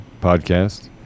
Podcast